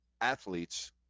athletes